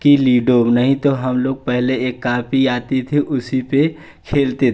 कि लूडो नहीं तो हम लोग पहले एक कॉपी आती थी उसी पर खेलते